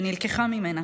שנלקחה ממנה.